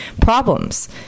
problems